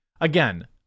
again